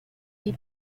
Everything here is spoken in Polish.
jej